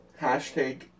Hashtag